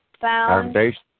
Foundation